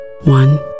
One